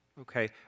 Okay